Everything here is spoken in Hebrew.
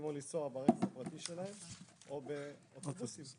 לנסוע ברכב הפרטי שלהם או באוטובוסים.